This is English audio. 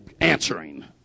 answering